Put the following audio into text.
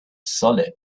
solid